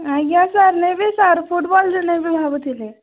ଆଜ୍ଞା ସାର୍ ନେବି ସାର୍ ଫୁଟବଲରେ ନେବି ଭାବୁଥିଲି